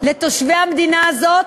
לתושבי המדינה הזאת.